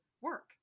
work